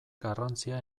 garrantzia